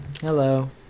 hello